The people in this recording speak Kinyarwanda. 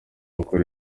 gukora